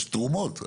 יש תרומות?